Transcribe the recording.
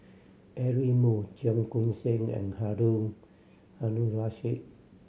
Eric Moo Cheong Koon Seng and Harun Aminurrashid